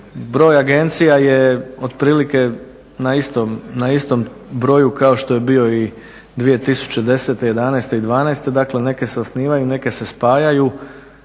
Broj agencija je otprilike na istom broju kao što je bio i 2010., '11., '12.dakle neke se osnivaju, neke se spajaju,